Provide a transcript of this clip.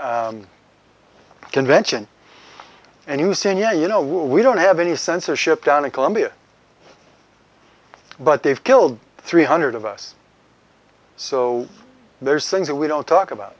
convention and you say yeah you know we don't have any censorship down in colombia but they've killed three hundred of us so there's things that we don't talk about